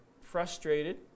frustrated